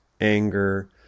anger